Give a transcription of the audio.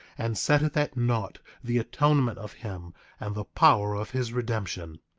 and setteth at naught the atonement of him and the power of his redemption.